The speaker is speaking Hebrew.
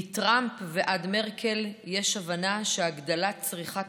מטראמפ ועד מרקל יש הבנה שהגדלת צריכת